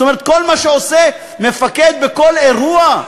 זאת אומרת, כל מה שעושה מפקד בכל אירוע.